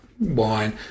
wine